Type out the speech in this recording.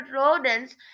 rodents